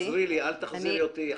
תעזרי לי, אל תחזירי אותי לחפירות.